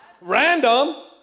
Random